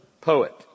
poet